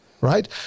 right